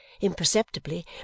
imperceptibly